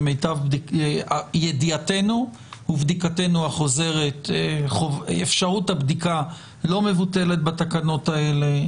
למיטב ידיעתנו ובדיקתנו החוזרת אפשרות הבדיקה לא מבוטלת בתקנות האלה.